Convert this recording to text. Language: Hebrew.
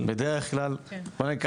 אני אוהב לשמוע את חוות הדעת שלו.